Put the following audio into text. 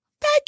Thank